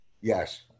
Yes